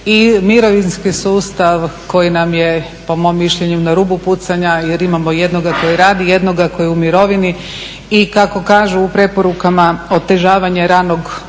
i mirovinski sustav koji nam je, po mom mišljenju, na rubu pucanja jer imamo jednoga koji radi, jednoga koji je u mirovini i kako kažu u preporukama, otežavanje ranog,